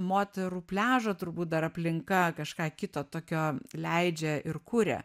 moterų pliažo turbūt dar aplinka kažką kito tokio leidžia ir kuria